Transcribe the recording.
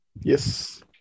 Yes